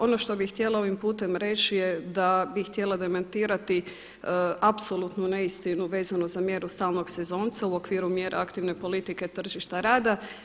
Ono što bih htjela ovim putem reći je da bih htjela demantirati apsolutnu neistinu vezanu za mjeru stalnog sezonca u okviru mjera aktivne politike tržišta rada.